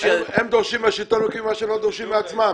הם דורשים מהשלטון המקומי מה שהם לא דורשים מעצמם.